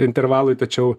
intervalui tačiau